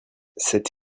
cette